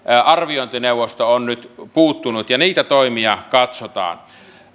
arviointineuvosto on nyt puuttunut ja niitä toimia katsotaan